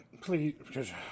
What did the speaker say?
Please